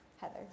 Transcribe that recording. Heather